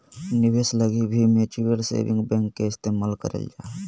निवेश लगी भी म्युचुअल सेविंग बैंक के इस्तेमाल करल जा हय